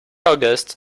august